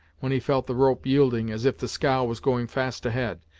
when he felt the rope yielding as if the scow was going fast ahead,